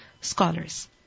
scholars